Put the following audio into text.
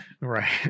right